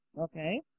Okay